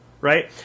Right